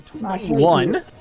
One